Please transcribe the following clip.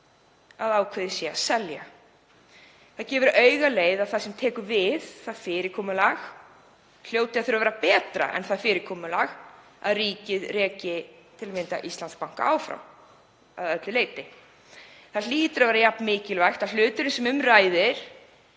að ákveðið er að selja. Það gefur augaleið að það sem tekur við, það fyrirkomulag, hlýtur að þurfa að vera betra en það fyrirkomulag að ríkið reki til að mynda Íslandsbanka áfram að öllu leyti. Það hlýtur að vera jafn mikilvægt að hluturinn sem um ræðir